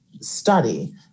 study